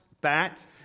Bat